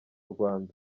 rwanda